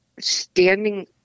standing